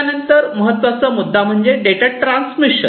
त्यानंतर महत्त्वाचा मुद्दा म्हणजे डेटा ट्रान्समिशन